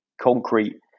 concrete